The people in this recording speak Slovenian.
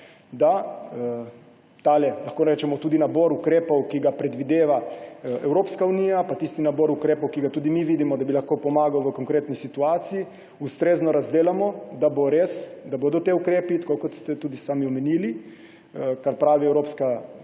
je ravno ta, da nabor ukrepov, ki ga predvideva Evropska unija, pa tisti nabor ukrepov, ki ga tudi mi vidimo, da bi lahko pomagal v konkretni situaciji, ustrezno razdelamo, da bodo ti ukrepi res – tako, kot ste tudi sami omenili, kar pravi Evropska unija,